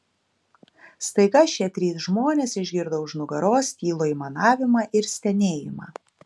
staiga šie trys žmonės išgirdo už nugaros tylų aimanavimą ir stenėjimą